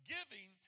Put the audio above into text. Giving